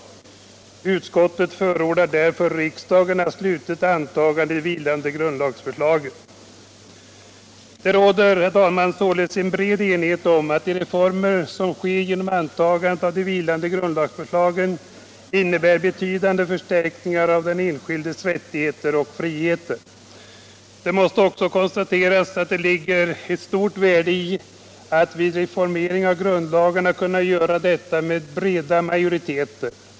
Utskottet förordar därför avt riksdagen sluttligt antar de vilande grundlagsförslagen. Det råder, herr talman, således en bred enighet om att de reformer som beslutas genom antagandet av de vilande grundlagsförslagen innebär betydande förstärkningar av den enskildes rättigheter och friheter. Det grundlagsändringar måste också konstateras att det ligger ett stort värde i att reformeringen av grundlagarna kan ske med breda majoriteter.